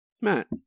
Matt